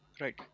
Right